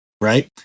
right